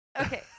Okay